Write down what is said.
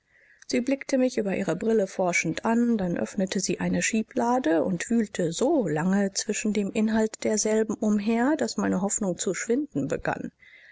sie blickte mich über ihre brille fort an dann öffnete sie eine schieblade und wühlte so lange zwischen dem inhalt derselben umher daß meine hoffnung zu schwinden begann